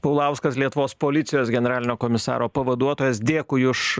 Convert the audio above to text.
paulauskas lietuvos policijos generalinio komisaro pavaduotojas dėkui už